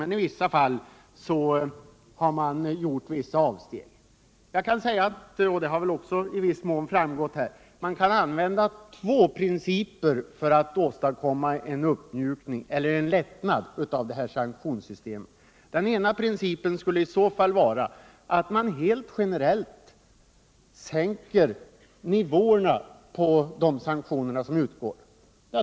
Men i en del fall har man gjort vissa avsteg. I viss mån har det också tramgått att man kan använda två principer för att åstadkomma en lättnad av sanktionssystomet. Den ena principen skulle vara att man generellt sänker nivåerna på de sanktioner som utgår.